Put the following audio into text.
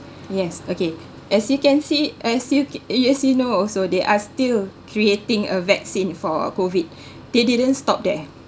yes okay as you can see as you as you know so they are still creating a vaccine for COVID they didn't stop there